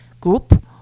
group